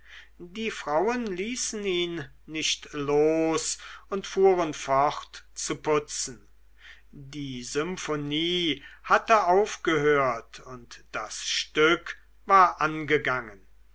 die frauen ließen ihn nicht los und fuhren fort zu putzen die symphonie hatte aufgehört und das stück war angegangen